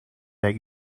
that